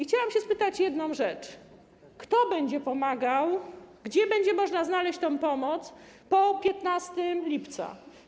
Chciałam też zapytać o jedną rzecz: Kto będzie pomagał, gdzie będzie można znaleźć tę pomoc po 15 lipca?